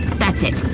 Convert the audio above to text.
that's it!